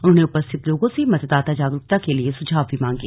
उन्होंने उपस्थित लोगों से मतदाता जागरूकता के लिए सुझाव मांगे